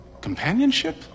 companionship